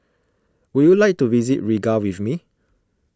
would you like to visit Riga with me